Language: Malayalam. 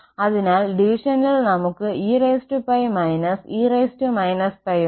അതിനാൽ ഡിവിഷനിൽ നമുക്ക് eπ−e−π ഉണ്ട്